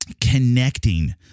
connecting